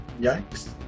Yikes